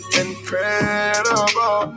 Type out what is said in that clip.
incredible